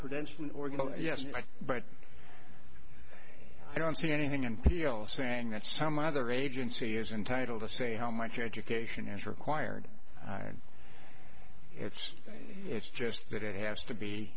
credential an organ yes i but i don't see anything until saying that some other agency is entitled to say how much education as required and it's it's just that it has to be